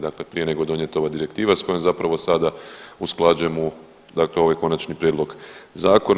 Dakle, prije nego je donijeta ova direktiva sa kojom zapravo sada usklađujemo dakle ovaj konačni prijedlog zakona.